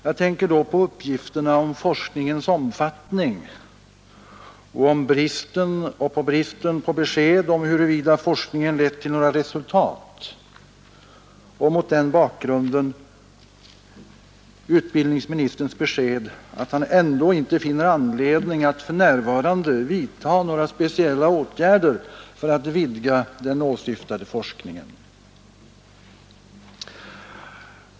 Jag tänker då på uppgifterna om forskningens omfattning och bristen på besked om huruvida forskningen lett till några resultat och att mot den bakgrunden utbildningsministern ändå inte finner anledning att för närvarande vidta några speciella åtgärder för att vidga den åsyftade forskningen.